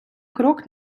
крок